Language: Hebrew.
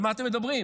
על מה אתם מדברים?